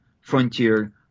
frontier